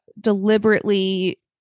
deliberately